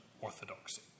orthodoxy